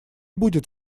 будет